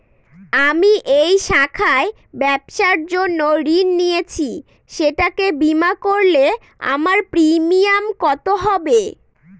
আমি এই শাখায় ব্যবসার জন্য ঋণ নিয়েছি সেটাকে বিমা করলে আমার প্রিমিয়াম কত হবে?